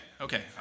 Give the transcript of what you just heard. okay